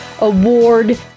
Award